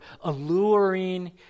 alluring